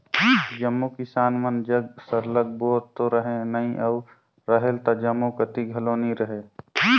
जम्मो किसान मन जग सरलग बोर तो रहें नई अउ रहेल त जम्मो कती घलो नी रहे